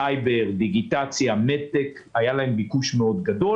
סייבר, דיגיטציה, נט-טק, היה להם ביקוש גדול מאוד.